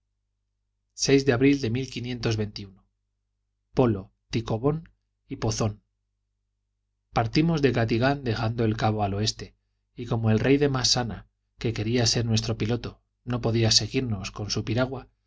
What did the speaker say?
de abril de polo tib y pozón partimos de gatigán dejando el cabo al oeste y como el rey de massana que quería ser nuestro piloto no podía seguirnos con su piragua